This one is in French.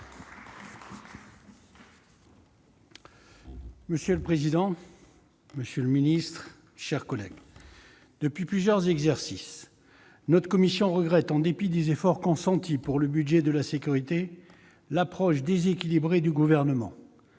Monsieur le président, monsieur le ministre, mes chers collègues, depuis plusieurs exercices, notre commission regrette, en dépit des efforts consentis pour le budget de la sécurité, l'approche déséquilibrée du Gouvernement,